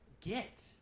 get